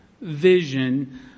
vision